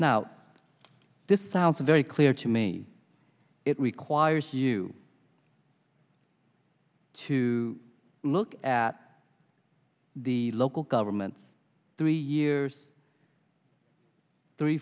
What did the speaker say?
now this sounds very clear to me it requires you to look at the local government's three years three